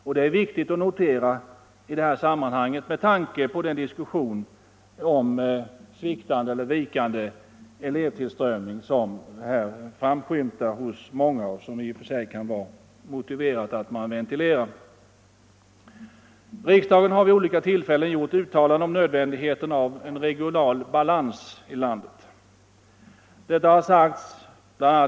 Detta är viktigt att notera i detta sammanhang med tanke på det resonemang om vikande elevtillströmning som här framskymtar hos många och som det i och för sig kan vara motiverat att man ventilerar. Riksdagen har vid olika tillfällen gjort uttalanden om nödvändigheten av en regional balans i landet.